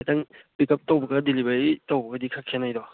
ꯈꯤꯇꯪ ꯄꯤꯛꯀꯞ ꯇꯧꯕꯒ ꯗꯤꯂꯤꯕꯔꯤ ꯇꯧꯕꯒꯗꯤ ꯈꯔ ꯈꯦꯠꯅꯩꯗꯣ